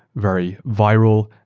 very viral,